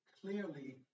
clearly